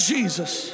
Jesus